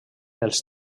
els